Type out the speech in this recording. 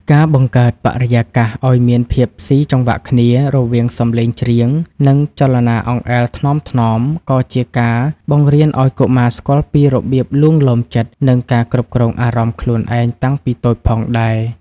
ការបង្កើតបរិយាកាសឱ្យមានភាពស៊ីចង្វាក់គ្នា រវាងសំឡេងច្រៀង និងចលនាអង្អែលថ្នមៗ ក៏ជាការបង្រៀនឱ្យកុមារស្គាល់ពីរបៀបលួងលោមចិត្ត និងការគ្រប់គ្រងអារម្មណ៍ខ្លួនឯងតាំងពីតូចផងដែរ។